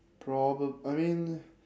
probab~ I mean